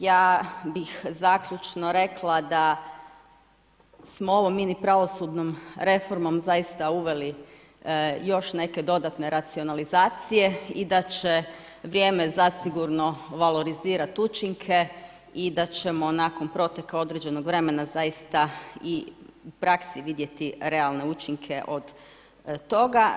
Ja bih zaključno rekla da smo ovom mini pravosudnom reformom zaista uveli još neke dodatne racionalizacije i da će vrijeme zasigurno valorizirati učinke i da ćemo nakon proteka određenog vremena zaista i u praksi vidjeti realne učinke od toga.